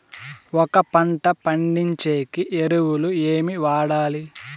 ఒక పంట పండించేకి ఎరువులు ఏవి వాడాలి?